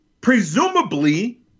presumably